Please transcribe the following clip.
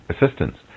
assistance